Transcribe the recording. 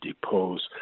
depose